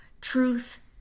truth